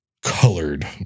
colored